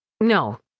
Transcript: No